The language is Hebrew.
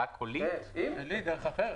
אין דרך אחרת.